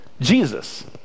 Jesus